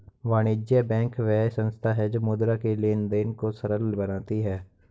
वाणिज्य बैंक वह संस्था है जो मुद्रा के लेंन देंन को सरल बनाती है